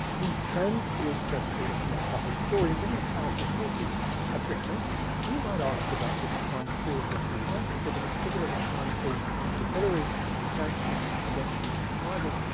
these trends towards press freedom are not the whole story and given the powerful forces i've just mentioned, we might ask about the decline and fall of literary censorship, and in particular the decline and fall of the pillory, as a sanction against seditious libel.